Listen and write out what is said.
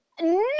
No